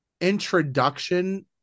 introduction